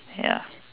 ya